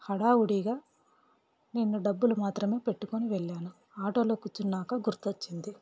హడావుడిగా నేను డబ్బులు మాత్రమే పెట్టుకొని వెళ్ళాను ఆటోలో కూర్చున్నాక గుర్తొచ్చింది